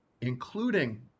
including